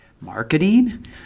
marketing